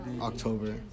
October